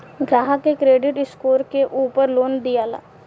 ग्राहक के credit score के उपर लोन दियाला